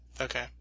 Okay